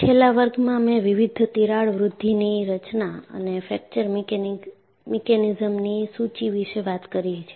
છેલ્લા વર્ગમાં મેં વિવિધ તિરાડ વૃદ્ધિની રચના અને ફ્રેક્ચર મિકેનિઝમ્સની સૂચિ વિશે વાત કરી છે